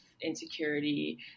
insecurity